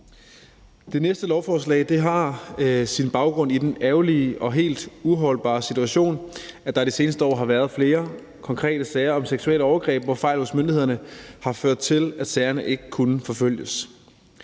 Det næste lovforslag har sin baggrund i den ærgerlige og helt uholdbare situation, at der i de seneste år har været flere konkrete sager om seksuelle overgreb, hvor fejl hos myndighederne har ført til, at sagerne ikke kunne forfølges.